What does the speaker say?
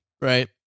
Right